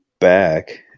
back